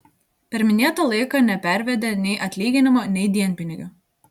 per minėtą laiką nepervedė nei atlyginimo nei dienpinigių